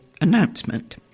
announcement